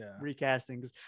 recasting